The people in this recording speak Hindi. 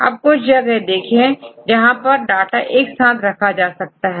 अब कुछ जगह देखें जहां पर डाटा एक साथ रखा जा सकता है